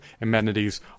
amenities